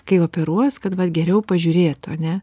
kai operuos kad va geriau pažiūrėtų ane